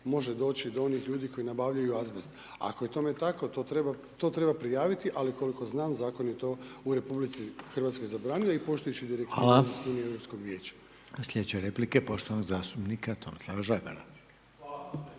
može doći do onih ljudi koji nabavljaju azbest. Ako je tome tako to treba prijaviti, ali koliko zakon je to u Republici Hrvatskoj zabranio i poštujući direktive Europske unije